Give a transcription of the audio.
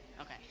Okay